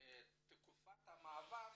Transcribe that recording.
תקופת המעבר